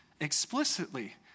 explicitly